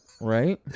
Right